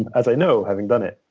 and as i know, having done it.